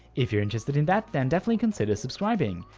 if you're interested in that then definitely consider subscribing!